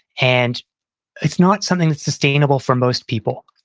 and it's not something that's sustainable for most people,